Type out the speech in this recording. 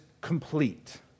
complete